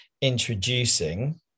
introducing